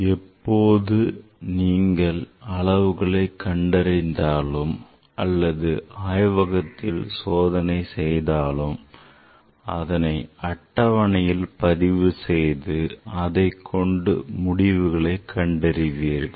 எப்போது நீங்கள் அளவுகளை கண்டறிந்தாலும் அல்லது ஆய்வகத்தில் சோதனை செய்தாலும் அதனை அட்டவணையில் பதிவு செய்து அதைக் கொண்டு முடிவுகளை கணக்கிடுவீர்கள்